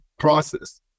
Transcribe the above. process